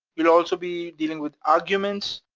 you'll also be dealing with arguments,